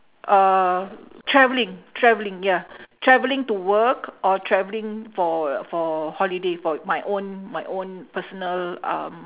uh travelling travelling ya travelling to work or travelling for for holiday for my own my own personal um